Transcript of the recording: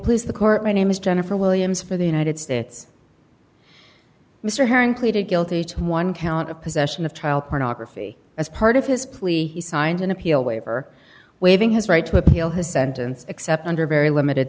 please the court my name is jennifer williams for the united states mr herring pleaded guilty to one count of possession of child pornography as part of his plea he signed an appeal waiver waiving his right to appeal his sentence except under very limited